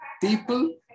people